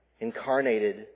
incarnated